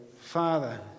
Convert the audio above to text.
Father